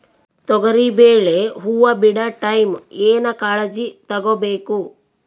ತೊಗರಿಬೇಳೆ ಹೊವ ಬಿಡ ಟೈಮ್ ಏನ ಕಾಳಜಿ ತಗೋಬೇಕು?